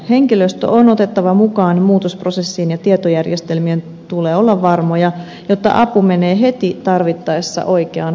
henkilöstö on otettava mukaan muutosprosessiin ja tietojärjestelmien tulee olla varmoja jotta apu menee heti tarvittaessa oikeaan paikkaan